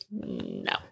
No